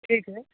ठीक है